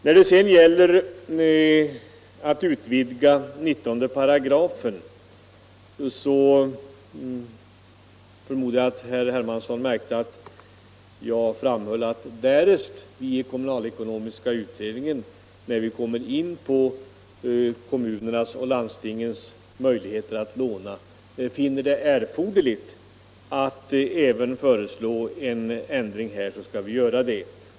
När det gäller att utvidga 19 § förmodar jag att herr Hermansson märkte att jag framhöll, att därest vi i kommunalekonomiska utredningen, när vi kommer in på frågan om kommunernas och landstingens möjligheter att låna, finner det erforderligt att även föreslå en ändring här, skall vi göra det.